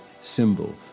symbol